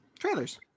Trailers